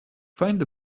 find